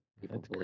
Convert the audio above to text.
People